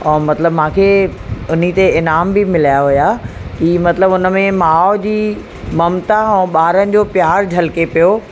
और मतलबु मांखे उन्हीअ ते इनाम बि मिलिया हुआ ही मतलबु हुन में माउ जी ममता ऐं ॿारनि जो प्यार झलके पियो